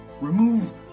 remove